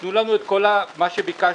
תנו לנו את כל מה שביקשנו,